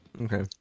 Okay